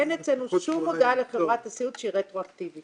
אין אצלנו שום הודעה לחברת הסיעוד שהיא רטרואקטיבית.